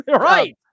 right